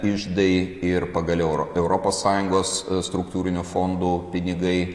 iždai ir pagaliau europos sąjungos struktūrinių fondų pinigai